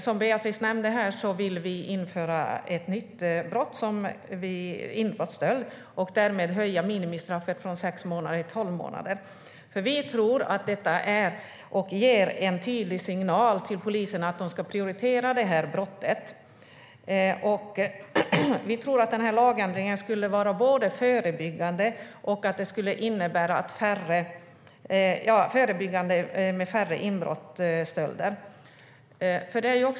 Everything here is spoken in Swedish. Som Beatrice Ask nämnde vill vi införa ett nytt brott, inbrottsstöld, och höja minimistraffet från sex månader till tolv månader. Vi tror att det ger en tydlig signal till poliserna att de ska prioritera detta brott. Vi tror att den lagändringen skulle vara förebyggande, med färre inbrottsstölder.